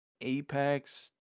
Apex